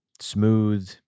smooth